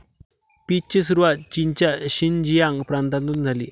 पीचची सुरुवात चीनच्या शिनजियांग प्रांतातून झाली